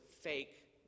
fake